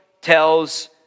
tells